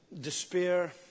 despair